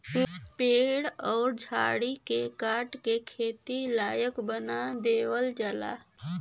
पेड़ अउर झाड़ी के काट के खेती लायक बना देवल जाला